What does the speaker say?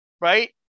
Right